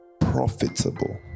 profitable